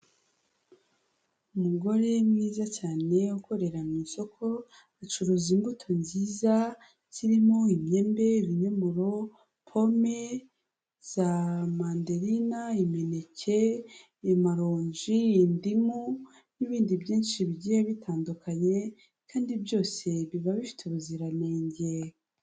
Umugore mwiza cyane ukorera mu isoko acuruza imbuto nziza zirimo imyembe, ibinyomoro, pome, za manderina, imineke, amaronji, indimu n'ibindi byinshi bigiye bitandukanye, kandi byose biba bifite ubuziranenge.